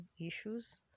issues